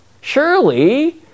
Surely